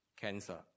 cancer